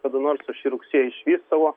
kada nors šį rugsėjį išvys savo